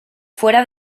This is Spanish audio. fuera